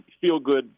feel-good